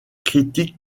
critiques